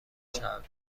شود